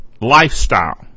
lifestyle